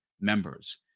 members